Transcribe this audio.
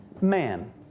man